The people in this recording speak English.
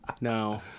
No